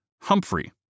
Humphrey